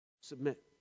submit